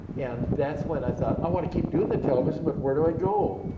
and that's when i thought, i want to keep doing the television, but where do i go?